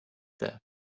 death